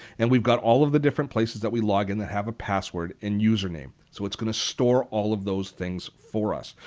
and we've got all of the different places that we've logged in that have a password and username. so it's going to store all of those things for us.